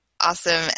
awesome